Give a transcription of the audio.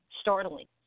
startling